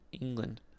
England